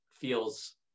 feels